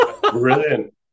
brilliant